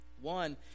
one